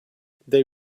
they